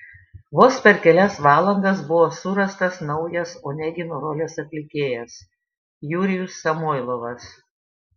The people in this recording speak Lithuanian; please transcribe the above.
vos per kelias valandas buvo surastas naujas onegino rolės atlikėjas jurijus samoilovas